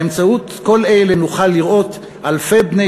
באמצעות כל אלה נוכל לראות אלפי בני